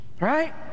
Right